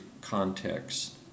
context